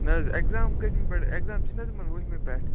نَہ حظ ایٚکزام کٔژمہِ پٮ۪ٹھ ایٚکزام چھِنَہ حظ یِمن وُہمہِ پٮ۪ٹھ